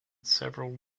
several